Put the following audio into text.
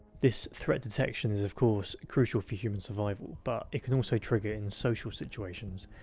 this threat-detection is of course crucial for human survival. but it can also trigger in social situations.